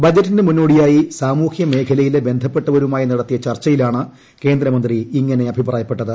ബജറ്റിന് മുന്നോടിയായി സാമൂഹ്യ മേഖലയിലെ ബന്ധപ്പെട്ടവരുമായി നടത്തിയ ചർച്ചയിലാണ് കേന്ദ്രമന്ത്രി ഇങ്ങനെ അഭിപ്രായപ്പെട്ടത്